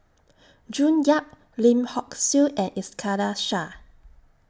June Yap Lim Hock Siew and Iskandar Shah